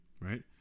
right